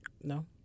No